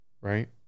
right